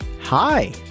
Hi